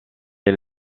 est